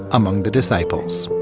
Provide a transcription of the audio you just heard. among the disciples.